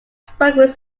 spoke